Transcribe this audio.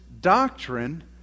doctrine